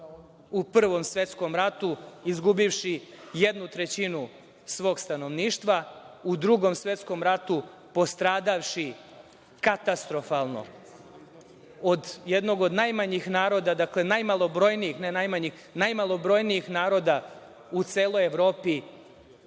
u Prvom svetskom ratu izgubivši jednu trećinu svog stanovništva, u Drugom svetskom ratu, postradavši katastrofalno od jednog od najmanjih naroda, od najmalobrojnijeg naroda u celoj Evropi.